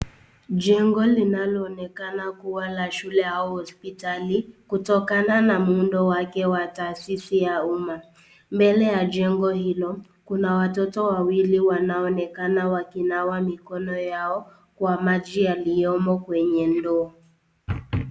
Jengo linaloonekana kuwa la shule au hospitali kutokana na muundo wake wa taasisi ya umma, mbele ta jengo Ili kuna watoto wawili wanaonekana wakinawa mikono yao kwa maji yaliyomo kwenye ndoo.